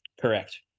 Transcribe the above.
Correct